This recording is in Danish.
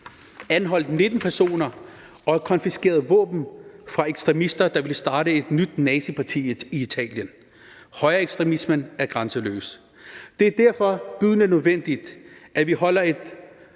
anholdt 19 personer og konfiskerede våben fra ekstremister, der ville starte et nyt naziparti i Italien. Højreekstremismen er grænseløs. Det er derfor bydende nødvendigt, at vi holder øjet